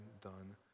done